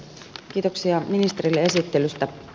kiitoksia ministerille esittelystä